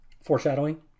foreshadowing